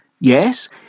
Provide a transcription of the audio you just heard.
yes